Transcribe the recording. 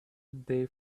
they